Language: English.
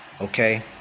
Okay